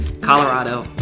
Colorado